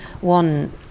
one